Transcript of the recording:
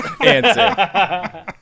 Answer